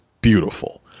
beautiful